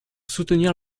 soutenir